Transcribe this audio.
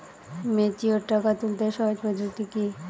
Mature টাকা তুলতে সহজ পদ্ধতি কি?